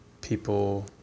people